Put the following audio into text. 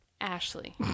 Ashley